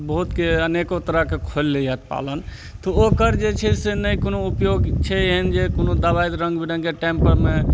बहुतके अनेको तरहके खोलि लइए पालन तऽ ओकर जे छै से नहि कोनो उपयोग छै एहन जे कोनो दवाइ रङ्ग बिरङ्गके टाइमपर मे